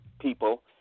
people